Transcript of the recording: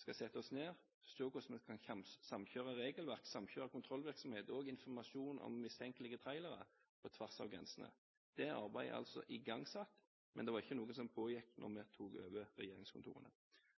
skal sette oss ned og se på hvordan vi kan samkjøre regelverket, og samkjøre kontrollvirksomhet og informasjon om mistenkelige trailere på tvers av grensene. Det arbeidet er altså igangsatt, men det var ikke noe som pågikk da vi tok over regjeringskontorene.